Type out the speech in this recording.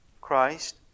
Christ